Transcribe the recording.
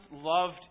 loved